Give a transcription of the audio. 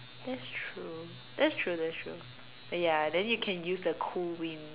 that's true that's true that's true uh ya then you can use the cool wind